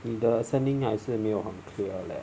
你的声音还是没有很 clear leh